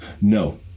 No